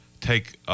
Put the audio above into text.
take